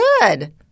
good